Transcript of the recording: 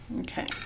Okay